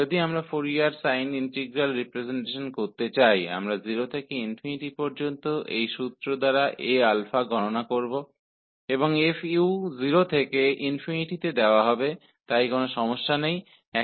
यदि हम Fourier cosine integral representation चाहते हैं तो हम इस सूत्र द्वारा 0 से ∞ तक Aα का मान ज्ञात करेंगे और 0 से ∞ तक दिया गया है इसलिए यहाँ कोई समस्या नहीं है